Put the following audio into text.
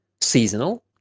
seasonal